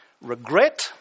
Regret